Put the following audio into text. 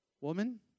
Woman